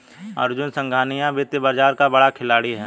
अर्जुन सिंघानिया वित्तीय बाजार का बड़ा खिलाड़ी है